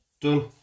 done